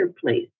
place